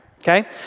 okay